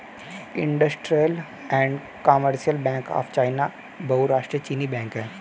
industrial and commercial bank of China बहुराष्ट्रीय चीनी बैंक है